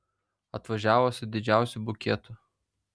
atvažiavo su didžiausiu bukietu